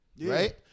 right